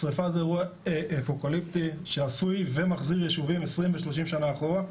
שריפה זה אירוע אפוקליפטי שעשוי ומחזיר ישובים 20 ו-30 שנים אחורה.